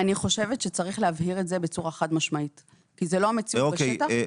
אני חושבת שצריך להבהיר את זה בצורה חד משמעית כי זאת לא המציאות בשטח.